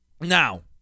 Now